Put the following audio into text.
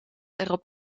erop